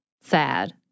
sad